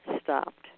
stopped